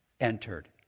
entered